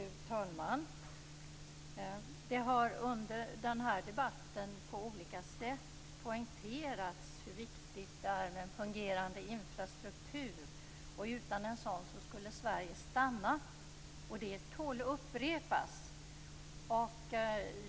Fru talman! Det har under den här debatten på olika sätt poängterats hur viktigt det är med en fungerande infrastruktur och att utan en sådan skulle Sverige stanna. Det tål att upprepas.